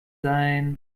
sein